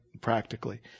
practically